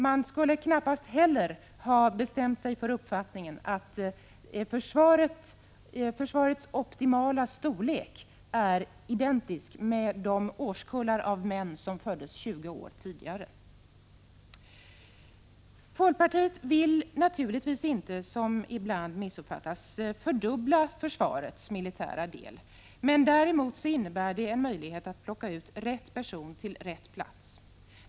Man skulle knappast heller ha bestämt sig för uppfattningen att försvarets optimala storlek är identisk med de årskullar av män som föddes 20 år tidigare. Folkpartiet vill naturligtvis inte, som ibland missuppfattas, fördubbla försvarets militära del, däremot vill vi att det skall finnas en möjlighet att plocka ut rätt person till rätt plats.